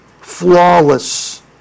flawless